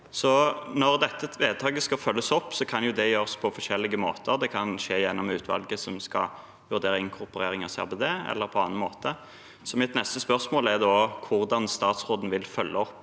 Når dette vedtaket skal følges opp, kan det gjøres på forskjellige måter. Det kan skje gjennom utvalget som skal vurdere inkorporering av CRPD, eller på annen måte. Mitt neste spørsmål er: Hvordan vil statsråden følge opp